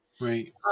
Right